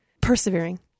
persevering